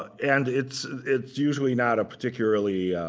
and it's it's usually not a particularly